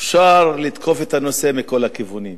אפשר לתקוף את הנושא מכל הכיוונים,